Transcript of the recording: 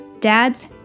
dads